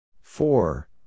Four